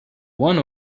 one